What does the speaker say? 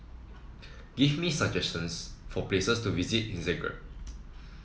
give me some suggestions for places to visit in Zagreb